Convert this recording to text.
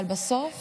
אבל בסוף